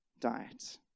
diet